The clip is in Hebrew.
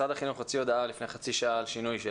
משרד החינוך הוציא הודעה לפני חצי שעה על שינוי.